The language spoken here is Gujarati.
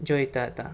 જોઈતા હતાં